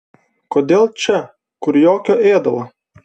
kodėl čia kur jokio ėdalo